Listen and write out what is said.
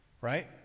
right